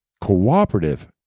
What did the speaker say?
cooperative